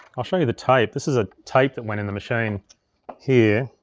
i'll show you the tape. this is a tape that went in the machine here,